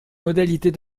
modalités